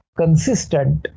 consistent